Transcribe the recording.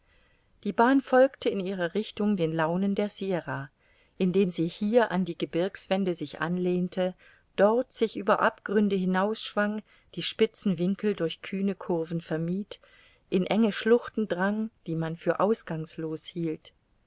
die bahn folgte in ihrer richtung den launen der sierra indem sie hier an die gebirgswände sich anlehnte dort sich über abgründe hinaus schwang die spitzen winkel durch kühne curven vermied in enge schluchten drang die man für ausgangslos hielt